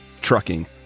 Trucking